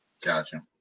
Gotcha